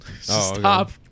Stop